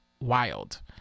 wild